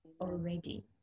already